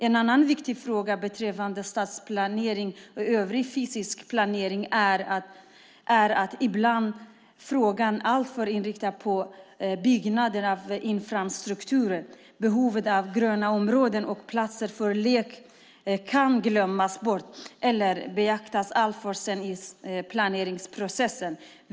En annan viktig fråga beträffande stadsplanering och övrig fysisk planering är att frågorna ibland är alltför inriktade på byggnader och infrastruktur. Behovet av grönområden och platser för lek kan glömmas bort eller beaktas alltför sent i planeringsprocessen.